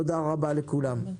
תודה רבה לכולם.